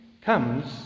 comes